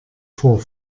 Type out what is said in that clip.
vor